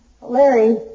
Larry